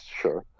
sure